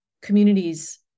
communities